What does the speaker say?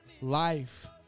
life